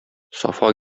сафа